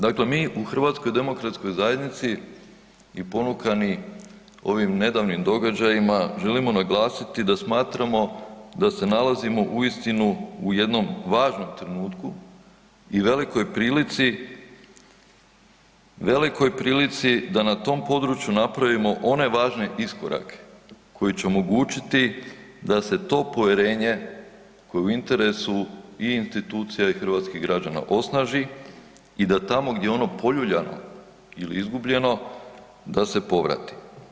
Dakle mi u HDZ-u i ponukani ovim nedavnim događajima, želimo naglasiti da smatramo da se nalazimo uistinu u jednom važnom trenutku i velikoj prilici, velikoj prilici da na tom području napravimo one važne iskorake koji će omogućiti da se to povjerenje koje je u interesu i institucija i hrvatskih građana osnaži i da tamo gdje je ono poljuljano ili izgubljeno, da se povrati.